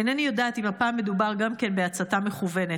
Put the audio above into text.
אינני יודעת אם הפעם מדובר גם כן בהצתה מכוונת.